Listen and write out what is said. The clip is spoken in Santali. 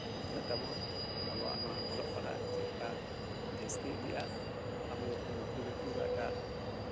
ᱩᱛᱱᱟᱹᱜ ᱛᱟᱵᱚᱱ ᱟᱵᱚᱣᱟᱜ ᱱᱚᱶᱟ ᱚᱞᱚᱜ ᱯᱟᱲᱦᱟᱜ ᱪᱮᱫ ᱞᱮᱠᱟ ᱡᱟᱹᱥᱛᱤ ᱤᱫᱤᱜᱼᱟ ᱟᱵᱚ ᱡᱚᱠᱷᱚᱱ ᱱᱩᱠᱨᱤ ᱵᱟᱨᱠᱨᱤ ᱵᱟ ᱮᱴᱜᱟᱜ